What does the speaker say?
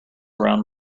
around